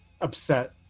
upset